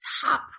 top